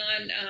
on